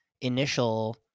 initial